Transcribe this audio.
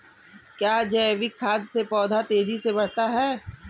क्या जैविक खाद से पौधा तेजी से बढ़ता है?